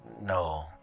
No